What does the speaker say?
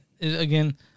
Again